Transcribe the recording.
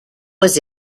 was